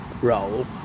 role